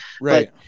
Right